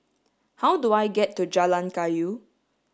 how do I get to Jalan Kayu